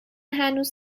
هنوز